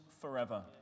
forever